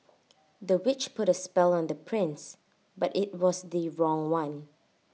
the witch put A spell on the prince but IT was the wrong one